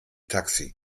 taxi